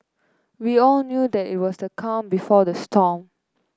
we all knew that it was the calm before the storm